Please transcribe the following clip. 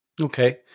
Okay